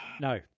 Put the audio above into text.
No